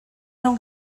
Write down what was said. não